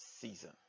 season